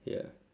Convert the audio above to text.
ya